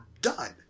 done